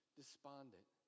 despondent